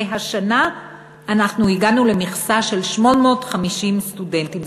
והשנה אנחנו הגענו למכסה של 850 סטודנטים,